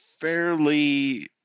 fairly